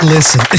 Listen